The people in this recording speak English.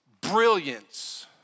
brilliance